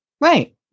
Right